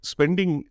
Spending